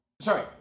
Sorry